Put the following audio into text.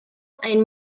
ein